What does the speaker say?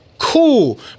Cool